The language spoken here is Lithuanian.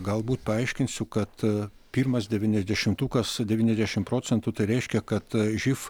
galbūt paaiškinsiu kad pirmas devyniasdešimtukas devyniasdešimt procentų tai reiškia kad živ